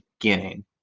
beginning